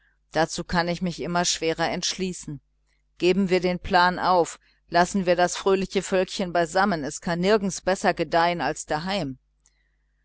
dazu kann ich mich immer schwerer entschließen geben wir doch den plan auf lassen wir das fröhliche völklein beisammen es kann nirgends besser gedeihen als daheim